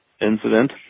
incident